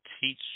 teach